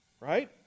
Right